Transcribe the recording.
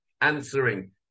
answering